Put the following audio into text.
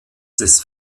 des